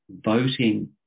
voting